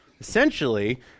essentially